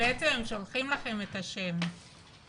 שולחים לכם את השם.